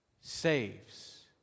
saves